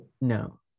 No